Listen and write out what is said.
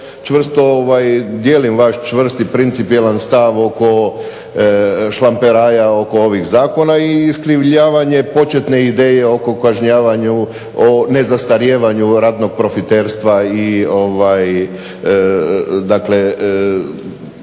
čvrsto dijelim vaš čvrst i principijelan stav oko šlamperaja oko ovih zakona i iskrivljavanje početne ideje oko kažnjavanja, o nezastarijevanju ratnog profiterstva i dakle